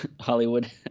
hollywood